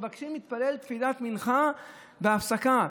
מבקשים להתפלל תפילת מנחה בהפסקה.